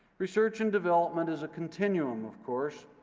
research and development is a continuum, of course.